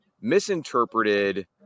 misinterpreted